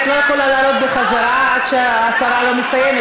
את לא יכולה לעלות בחזרה עד שהשרה לא מסיימת,